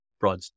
Broad